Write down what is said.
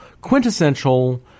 quintessential